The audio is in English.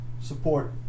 Support